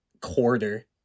quarter